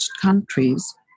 countries